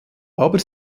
aber